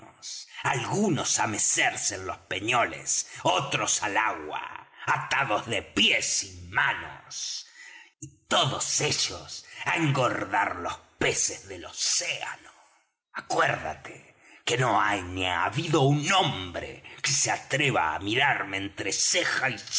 algunos á mecerse en los peñoles otros al agua atados de pies y manos y todos ellos á engordar los peces del océano acuérdate que no hay ni ha habido un hombre que se atreva á mirarme entre ceja y